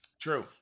true